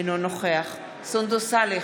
אינו נוכח סונדוס סאלח,